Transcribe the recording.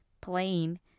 playing